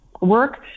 work